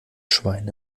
schwein